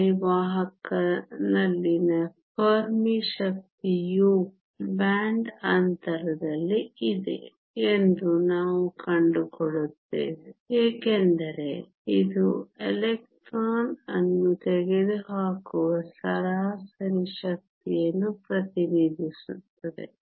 ಅರೆವಾಹಕನಲ್ಲಿನ Fermi ಶಕ್ತಿಯು band ಅಂತರದಲ್ಲಿ ಇದೆ ಎಂದು ನಾವು ಕಂಡುಕೊಳ್ಳುತ್ತೇವೆ ಏಕೆಂದರೆ ಇದು ಎಲೆಕ್ಟ್ರಾನ್ ಅನ್ನು ತೆಗೆದುಹಾಕುವ ಸರಾಸರಿ ಶಕ್ತಿಯನ್ನು ಪ್ರತಿನಿಧಿಸುತ್ತದೆ